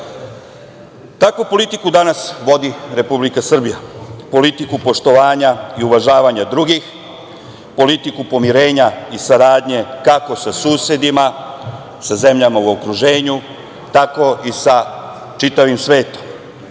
politiku danas vodi Republika Srbija, politiku poštovanja i uvažavanje drugih, politiku pomirenja i saradnje kako sa susedima, sa zemljama u okruženju, tako i sa čitavim svetom,